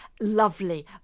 lovely